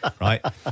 right